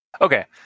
Okay